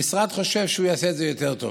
המשרד חושב שהוא יעשה את זה יותר טוב.